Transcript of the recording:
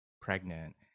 pregnant